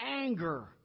Anger